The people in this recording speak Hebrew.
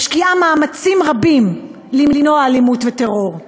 משקיעה מאמצים רבים למנוע אלימות וטרור.